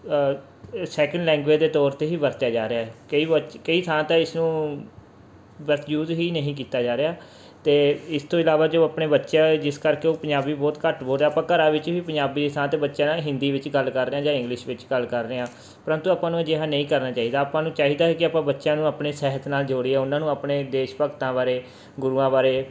second language ਦੇ ਤੌਰ 'ਤੇ ਹੀ ਵਰਤਿਆ ਜਾ ਰਿਹਾ ਕਈ ਵਾਚ ਕਈ ਥਾਂ 'ਤੇ ਇਸਨੂੰ ਬਸ ਯੂਜ਼ ਹੀ ਨਹੀਂ ਕੀਤਾ ਜਾ ਰਿਹਾ ਅਤੇ ਇਸ ਤੋਂ ਇਲਾਵਾ ਜੋ ਆਪਣੇ ਬੱਚੇ ਆ ਜਿਸ ਕਰਕੇ ਉਹ ਪੰਜਾਬੀ ਬਹੁਤ ਘੱਟ ਬੋਲਦੇ ਆ ਆਪਾਂ ਘਰਾਂ ਵਿੱਚ ਵੀ ਪੰਜਾਬੀ ਦੀ ਥਾਂ 'ਤੇ ਬੱਚਿਆਂ ਨਾਲ ਹਿੰਦੀ ਵਿੱਚ ਗੱਲ ਕਰ ਰਹੇ ਹਾਂ ਜਾਂ ਇੰਗਲਿਸ਼ ਵਿੱਚ ਗੱਲ ਕਰ ਰਹੇ ਹਾਂ ਪਰੰਤੂ ਆਪਾਂ ਨੂੰ ਅਜਿਹਾ ਨਹੀਂ ਕਰਨਾ ਚਾਹੀਦਾ ਆਪਾਂ ਨੂੰ ਚਾਹੀਦਾ ਹੈ ਕਿ ਆਪਾਂ ਬੱਚਿਆਂ ਨੂੰ ਆਪਣੇ ਸਾਹਿਤ ਨਾਲ ਜੋੜੀਏ ਉਹਨਾਂ ਨੂੰ ਆਪਣੇ ਦੇਸ਼ ਭਗਤਾਂ ਬਾਰੇ ਗੁਰੂਆਂ ਬਾਰੇ